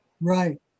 Right